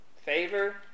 Favor